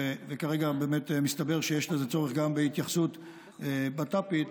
כרגע מסתבר שיש באמת צורך בהתייחסות בט"פית,